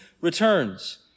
returns